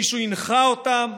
מישהו הנחה אותם?